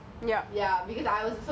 then is